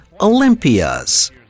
Olympias